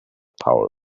power